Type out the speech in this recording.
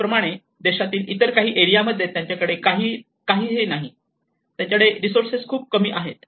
त्याचप्रमाणे देशातील इतर काही एरिया मध्ये त्यांच्याकडे काहीही नाही त्यांच्याकडे रिसोर्सेस खूप कमी आहेत